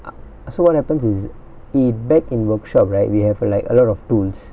u~ so what happens is in back in workshop right we have like a lot of tools